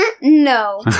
No